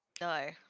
No